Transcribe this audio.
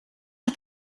hat